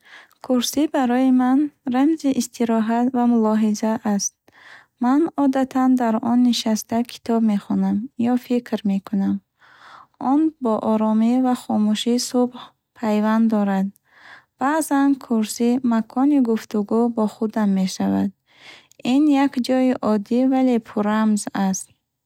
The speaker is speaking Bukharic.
Курсӣ барои ман рамзи истироҳат ва мулоҳиза аст. Ман одатан дар он нишаста китоб мехонам ё фикр мекунам. Он бо оромӣ ва хомӯшии субҳ пайванд дорад. Баъзан, курсӣ макони гуфтугӯ бо худам мешавад. Ин як ҷои оддӣ, вале пуррамз аст.